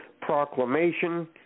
proclamation